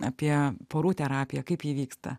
apie porų terapiją kaip ji vyksta